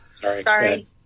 Sorry